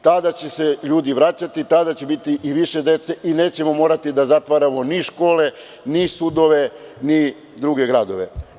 Tada će se ljudi vraćati, tada će biti i više dece i nećemo morati da zatvaramo ni škole, ni sudove, ni druge gradove.